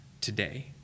today